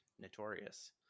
notorious